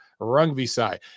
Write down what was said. Rungvisai